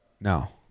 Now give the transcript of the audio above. No